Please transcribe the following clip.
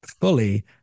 fully